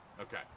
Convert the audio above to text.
Okay